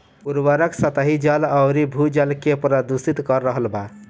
उर्वरक सतही जल अउरी भू जल के प्रदूषित कर रहल बा